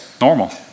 normal